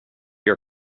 your